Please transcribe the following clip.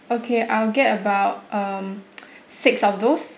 okay I'll get about um six of those